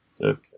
Okay